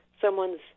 Someone's